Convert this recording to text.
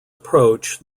approach